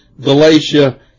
Galatia